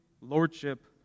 lordship